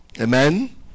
Amen